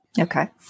okay